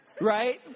Right